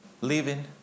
living